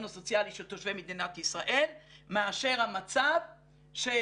הסוציאלי של תושבי מדינת ישראל מאשר המצב של